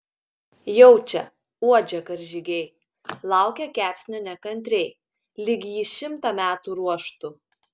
jaučia uodžia karžygiai laukia kepsnio nekantriai lyg jį šimtą metų ruoštų